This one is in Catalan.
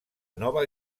nova